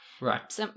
Right